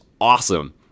awesome